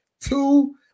two